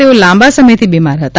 તેઓ લાંબા સમયથી બિમાર હતા